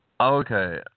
Okay